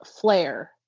Flare